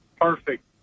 Perfect